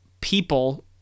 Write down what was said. people